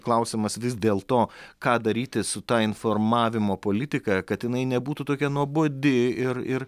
klausimas vis dėlto ką daryti su ta informavimo politika kad jinai nebūtų tokia nuobodi ir ir